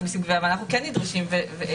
מסים (גבייה) ואנחנו כן נדרשים אליהם.